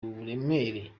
uburemere